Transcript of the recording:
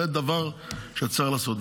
זה דבר שצריך לעשות.